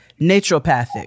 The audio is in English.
naturopathic